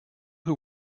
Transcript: who